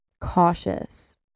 cautious